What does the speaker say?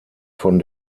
von